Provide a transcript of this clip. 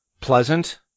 pleasant